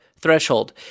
threshold